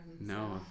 No